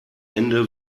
ende